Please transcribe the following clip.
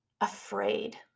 afraid